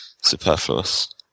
superfluous